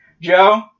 Joe